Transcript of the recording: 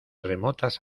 remotas